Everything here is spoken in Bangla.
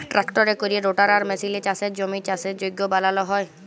ট্রাক্টরে ক্যরে রোটাটার মেসিলে চাষের জমির চাষের যগ্য বালাল হ্যয়